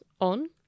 on